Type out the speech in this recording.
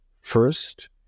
first